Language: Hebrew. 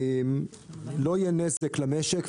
לא יהיה נזק למשק,